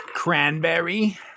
cranberry